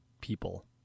people